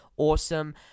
awesome